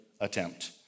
attempt